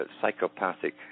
psychopathic